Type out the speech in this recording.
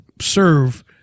serve